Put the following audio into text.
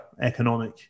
economic